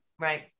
Right